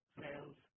sales